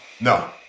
No